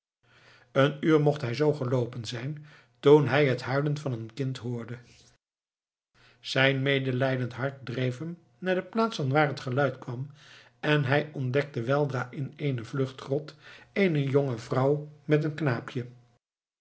een uur mocht hij zoo geloopen zijn toen hij het huilen van een kind hoorde zijn medelijdend hart dreef hem naar de plaats vanwaar het geluid kwam en hij ontdekte weldra in eene vluchtgrot eene jonge vrouw met een knaapje